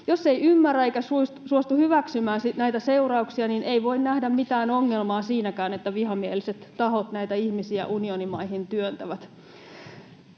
Jos ei ymmärrä eikä suostu myöntämään näitä seurauksia, niin ei voi nähdä mitään ongelmaa siinäkään, että vihamieliset tahot näitä ihmisiä unionimaihin työntävät.